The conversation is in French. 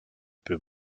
peu